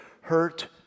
hurt